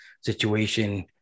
situation